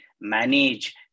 manage